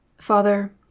Father